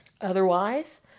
Otherwise